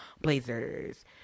blazers